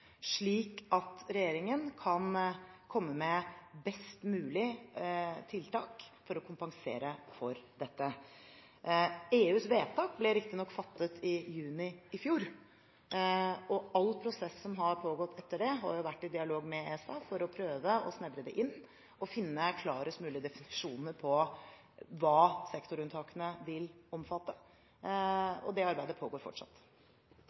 slik at regjeringen kan komme med best mulig tiltak for å kompensere for dette. EUs vedtak ble riktignok fattet i juni i fjor, og i alle prosesser som har pågått etter det, har man vært i dialog med ESA for å prøve å snevre det inn og finne klarest mulige definisjoner på hva sektorunntakene vil omfatte. Det arbeidet pågår fortsatt.